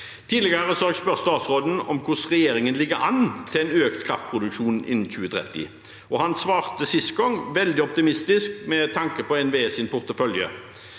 Tidligere har jeg spurt statsråden om hvordan regjeringen ligger an når det gjelder økt kraftproduksjon innen 2030. Han svarte sist gang veldig optimistisk med tanke på NVEs portefølje.